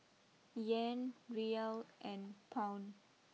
Yen Riyal and Pound